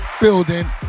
building